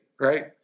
right